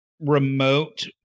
remote